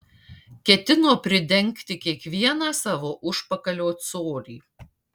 ketino pridengti kiekvieną savo užpakalio colį